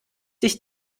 dich